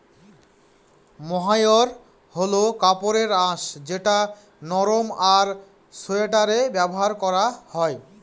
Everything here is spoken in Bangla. মহাইর হল কাপড়ের আঁশ যেটা নরম আর সোয়াটারে ব্যবহার করা হয়